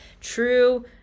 True